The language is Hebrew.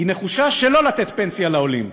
היא נחושה שלא לתת פנסיה לעולים.